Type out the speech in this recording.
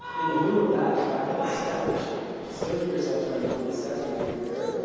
in lieu of that to back up a step or two, to still give yourself time to be set and be prepared,